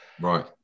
Right